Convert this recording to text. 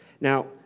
Now